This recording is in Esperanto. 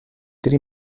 tri